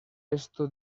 esto